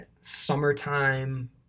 summertime